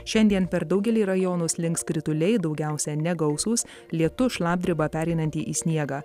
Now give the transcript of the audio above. šiandien per daugelį rajonų slinks krituliai daugiausia negausūs lietus šlapdriba pereinanti į sniegą